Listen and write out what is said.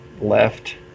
left